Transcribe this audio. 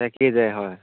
থাকি যায় হয়